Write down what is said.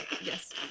Yes